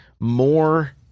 More